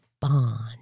bond